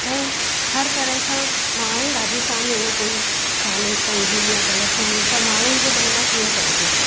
ऐं हर तरह सां मां हाणे राजस्थान में उहो कोई कोन्हे तंगी या ग़लतफ़हमी पर माण्हुनि जे मन मां कीअं कढिजे